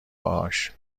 باهاش